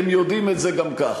כי הם יודעים את זה גם ככה.